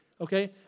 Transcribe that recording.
Okay